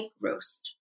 roast